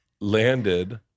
landed